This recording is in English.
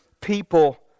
people